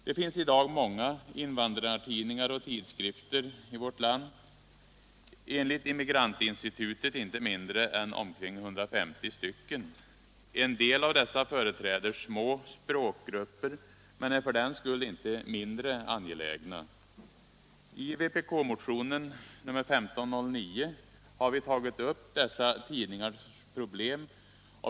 Det finns i dag många invandrartidningar och tidskrifter i vårt land, enligt Immigrant-Institutet inte mindre än omkring 150. En del av dessa företräder små språkgrupper, men är för den skull inte mindre angelägna. I vpk-motionen nr 1509 har vi tagit upp dessa tidningars problem.